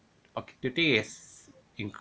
okay do you think it's